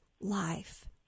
life